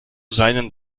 seinen